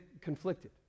conflicted